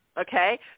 okay